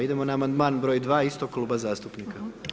Idemo na amandman br.2. istog Kluba zastupnika.